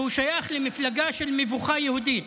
שהוא שייך למפלגה של מבוכה יהודית.